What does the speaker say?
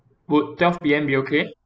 would twelve P_M be okay